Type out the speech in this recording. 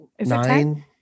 Nine